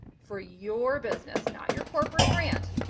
for your business, not your corporate brand,